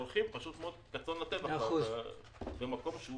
הם פשוט הולכים כצאן לטבח במקום שהוא